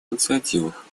инициативах